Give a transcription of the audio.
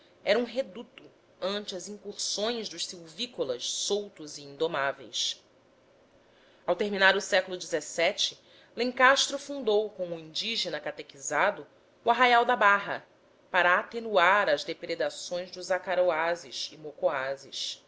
era um reduto ante as incursões dos silvícolas soltos e indomáveis ao terminar o século xvii lencastre fundou com o indígena catequizado o arraial da barra para atenuar as depredações do acaroazes e